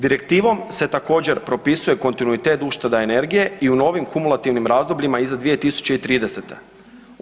Direktivom se također propisuje kontinuitet ušteda energije i u novim kumulativnim razdobljima iza 2030.-te.